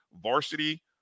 varsity